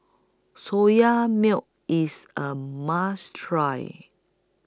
Soya Milk IS A must Try